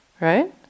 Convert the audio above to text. right